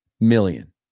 million